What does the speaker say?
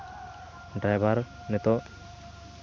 driver ᱱᱤᱛᱚᱜ